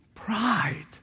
Pride